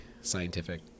scientific